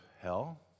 hell